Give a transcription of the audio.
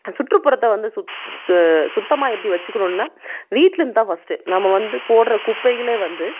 சுற்றுப்புறத்தை வந்து சுத்து சுத்தமாக எப்படி வைச்சிக்குணுன்னா வீட்டுலேருந்துதான் ஃபர்ஸ்ட்டு நம்ம வந்து போடுற குப்பைகளை வந்து